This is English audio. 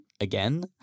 again